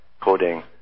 coding